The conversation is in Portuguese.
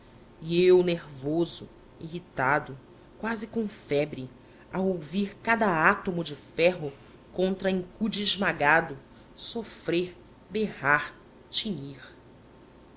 rir e eu nervoso irritado quase com febre a ouvir cada átomo de ferro contra a incude esmagado sofrer berrar tinir